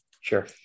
Sure